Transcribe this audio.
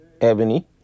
Ebony